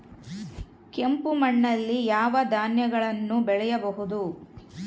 ಕೆಂಪು ಮಣ್ಣಲ್ಲಿ ಯಾವ ಧಾನ್ಯಗಳನ್ನು ಬೆಳೆಯಬಹುದು?